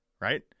right